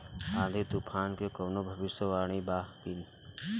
आँधी तूफान के कवनों भविष्य वानी बा की?